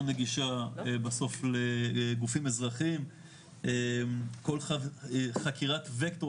נגישה בסוף לגופים אזרחיים חקירת vector,